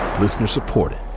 Listener-supported